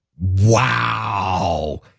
wow